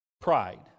Pride